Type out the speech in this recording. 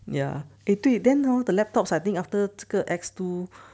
ya eh 对 then how the laptops I think after 这个 X two